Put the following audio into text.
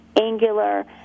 angular